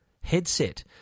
headset